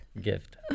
gift